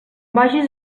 vagis